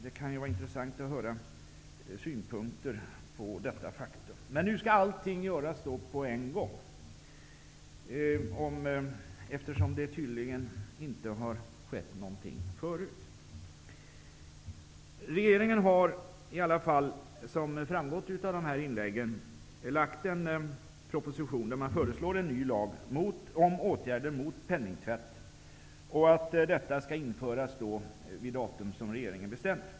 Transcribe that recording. Det kunde vara intressant att få höra synpunkter på detta faktum. Men nu skall allting göras på en gång, eftersom det inte har skett någonting förut. Nuvarande regering har i alla fall, som har framgått av inläggen här, lagt fram en proposition där man föreslår en ny lag om åtgärder mot penningtvätt. Denna lag skall införas vid ett datum som regeringen bestämmer.